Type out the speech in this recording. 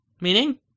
Meaning